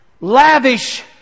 lavish